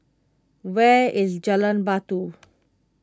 where is Jalan Batu